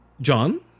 John